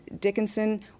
Dickinson